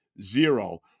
zero